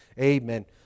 amen